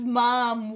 mom